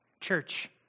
Church